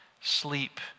sleep